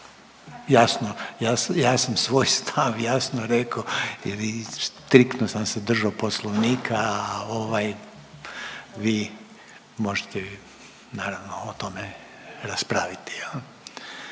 jasno ja sam svoj stav jasno rekao i striktno sam se držao Poslovnika, a ovaj vi možete naravno o tome raspraviti,